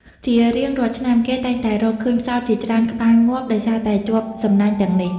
ជារៀងរាល់ឆ្នាំ គេតែងតែរកឃើញផ្សោតជាច្រើនក្បាលងាប់ ដោយសារតែជាប់សំណាញ់ទាំងនេះ។